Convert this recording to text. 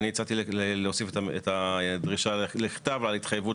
אני הצעתי להוסיף את הדרישה לכתב ההתחייבות